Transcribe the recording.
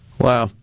Wow